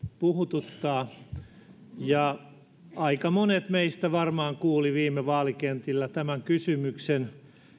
puhututtaa aika monet meistä varmaan kuulivat viime vaalikentillä tämän kysymyksen